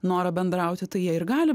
noro bendrauti tai jie ir gali